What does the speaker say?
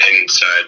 inside